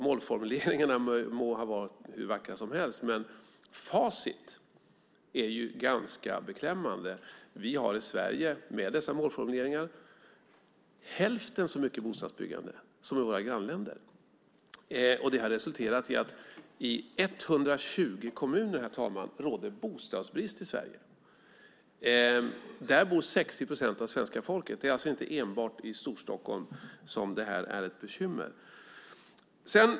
Målformuleringarna må ha varit hur vackra som helst, men facit är ganska beklämmande. Vi har i Sverige, med dessa målformuleringar, hälften så mycket bostadsbyggande som våra grannländer, vilket resulterat i att det i 120 kommuner i Sverige råder bostadsbrist. Där bor 60 procent av svenska folket. Det är alltså inte enbart i Storstockholm som det är ett bekymmer.